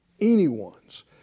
Anyone's